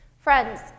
Friends